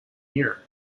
year